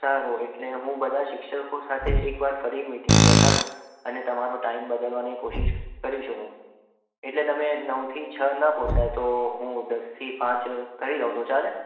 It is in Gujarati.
સારું એટલે હું બધા શિક્ષકો સાથે એકવાર ફરી મિટિંગ બેસાડું અને તમારો ટાઈમ બદલવાની કોશિશ કરીશું હું એટલે તમે નવ થી છ ન પોસાય તો હું દસ થી પાંચ કહી દઉં તો ચાલે